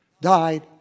died